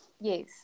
Yes